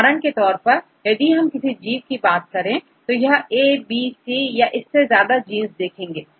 उदाहरण के तौर पर यदि हम किसी जीव की बात करें तो A B C या इससे ज्यादा जींस देखेंगे